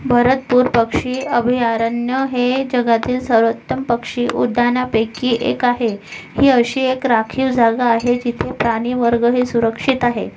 भरतपूर पक्षी अभयारण्य हे जगातील सर्वोत्तम पक्षी उद्यानापैकी एक आहे ही अशी एक राखीव जागा आहे जिथे प्राणी वर्ग हे सुरक्षित आहे